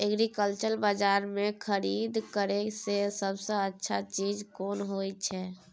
Agriculture बाजार में खरीद करे से सबसे अच्छा चीज कोन होय छै?